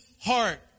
heart